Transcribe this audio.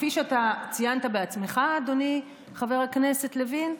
כפי שאתה ציינת בעצמך, אדוני חבר הכנסת לוין,